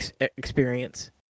experience